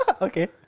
Okay